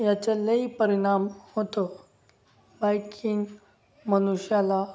याचं लई परिणाम होतो बाईकिंग मनुष्याला